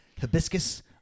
hibiscus